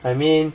I mean